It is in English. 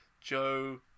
Joe